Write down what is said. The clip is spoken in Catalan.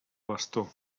bastó